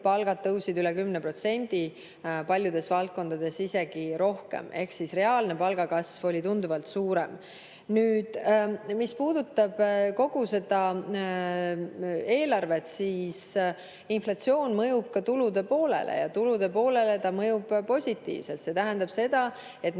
palgad tõusid üle 10% ja paljudes valdkondades isegi rohkem. Reaalne palgakasv oli tunduvalt suurem. Nüüd, mis puudutab kogu seda eelarvet, siis inflatsioon mõjub ka tulude poolele. Ja tulude poolele ta mõjub positiivselt. See tähendab seda, et meil